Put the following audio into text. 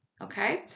okay